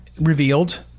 revealed